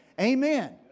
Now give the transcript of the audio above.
Amen